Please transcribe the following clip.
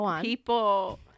people